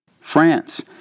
France